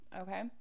okay